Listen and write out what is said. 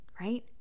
right